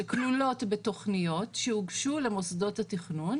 שכלולות בתוכניות שהוגשו למוסדות התכנון,